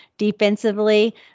defensively